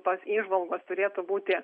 tos įžvalgos turėtų būti